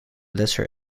lesser